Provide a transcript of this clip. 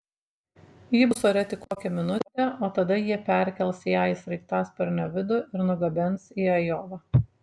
ji bus ore tik kokią minutę o tada jie perkels ją į sraigtasparnio vidų ir nugabens į ajovą